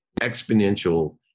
exponential